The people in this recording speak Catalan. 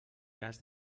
cas